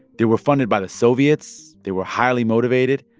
they were funded by the soviets. they were highly motivated.